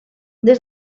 des